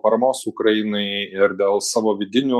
paramos ukrainai ir dėl savo vidinių